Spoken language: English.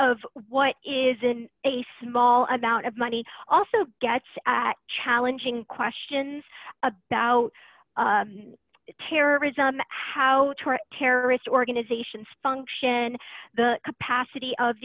of what is in a small amount of money also gets challenging questions about terrorism how to terrorist organizations function the capacity of